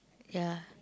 ya